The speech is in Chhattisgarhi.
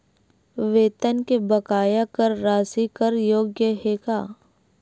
वेतन के बकाया कर राशि कर योग्य हे का?